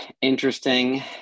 Interesting